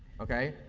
okay,